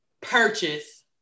purchase